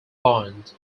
burned